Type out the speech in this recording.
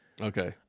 Okay